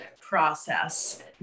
process